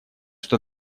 что